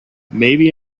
maybe